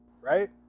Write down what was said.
right